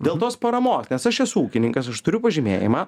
dėl tos paramos nes aš esu ūkininkas aš turiu pažymėjimą